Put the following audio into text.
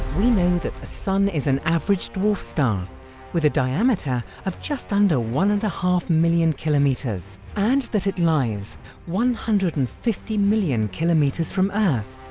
we know that the sun is an average dwarf star with a diameter of just under one and a half million kilometres, and that it lies one hundred and fifty million kilometres from earth.